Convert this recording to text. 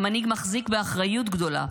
המנהיג מחזיק באחריות גדולה,